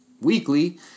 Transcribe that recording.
weekly